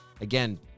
again